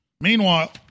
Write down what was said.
Meanwhile